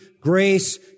grace